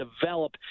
develop